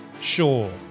Sure